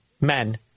men